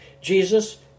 Jesus